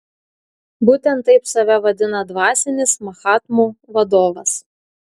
būtent taip save vadina dvasinis mahatmų vadovas